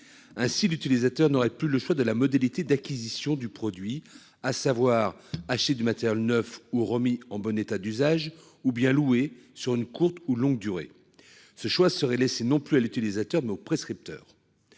Ainsi l'utilisateur n'aurait plus le choix de la modalité d'acquisition du produit, à savoir acheter du matériel neuf ou remis en bonne état d'usage ou bien loué sur une courte ou longue durée. Ce choix serait laisser non plus à l'utilisateur mais aux prescripteurs.